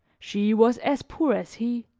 she was as poor as he.